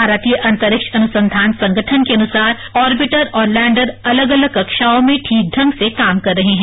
भारतीय अंतरिक्ष अनुसंघान संगठन के अनुसार ऑर्विटर और लैंडर अलग अलग कक्षाओं में ठीक ढंग से काम कर रहे हैं